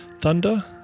thunder